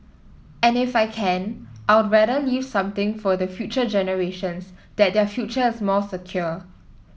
and if I can I'd rather leave something for the future generations that their future is more secure